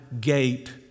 gate